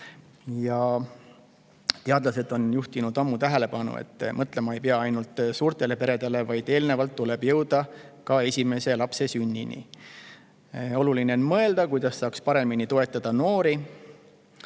Teadlased on juhtinud ammu tähelepanu, et mõtlema ei pea ainult suurtele peredele, vaid eelnevalt tuleb jõuda ka esimese lapse sünnini. Oluline on mõelda, kuidas saaks noori paremini toetada.